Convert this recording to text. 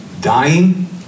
dying